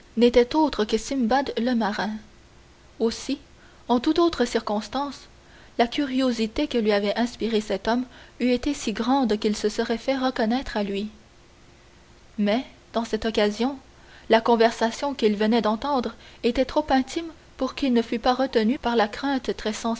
n'était autre que simbad le marin aussi en toute autre circonstance la curiosité que lui avait inspirée cet homme eût été si grande qu'il se serait fait reconnaître à lui mais dans cette occasion la conversation qu'il venait d'entendre était trop intime pour qu'il ne fût pas retenu par la crainte